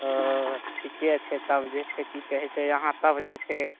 ओ ठीके छै तब जे छै की कहै छै अहाँ तब जे छै